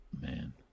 Man